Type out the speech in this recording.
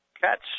Catch